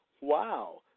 Wow